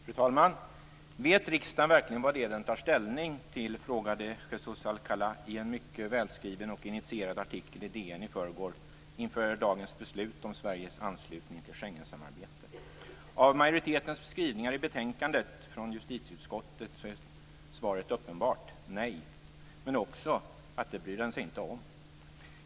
Fru talman! Vet riksdagen verkligen vad det är den tar ställning till, frågar Jesus Alcala i en mycket välskriven och initierad artikel i Dagens Nyheter i förrgår angående dagens beslut om Sveriges anslutning till Schengensamarbetet. Av majoritetens skrivningar i betänkandet från justitieutskottet att döma är svaret uppenbart: Nej. Men också, att det bryr den sig inte om.